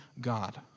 god